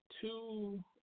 two